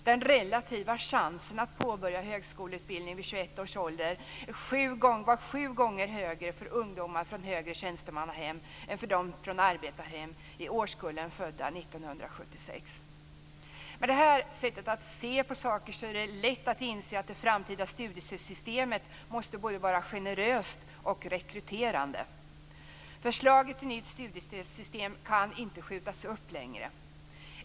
Den relativa chansen att påbörja högskoleutbildning vid 21 års ålder var sju gånger högre för ungdomar från högre tjänstemannahem än för dem från arbetarhem i årskullen ungdomar födda Med detta sätt att se på saker är det lätt att inse att det framtida studiestödssystemet måste vara både generöst och rekryterande. Förslaget till nytt studiestödssystem kan inte skjutas upp längre.